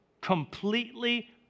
completely